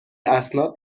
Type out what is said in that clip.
اسناد